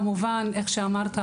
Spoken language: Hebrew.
כמו שאמרת,